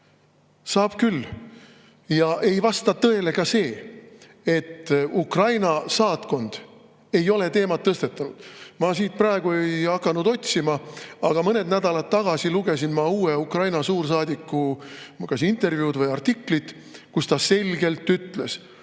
Saab küll! Ja ei vasta tõele ka see, et Ukraina saatkond ei ole teemat tõstatanud. Ma siin praegu ei hakanud otsima, aga mõned nädalad tagasi lugesin ma uue Ukraina suursaadiku kas intervjuud või artiklit, kus ta selgelt ütles: